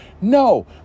No